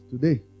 today